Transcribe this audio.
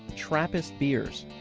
trappist beers.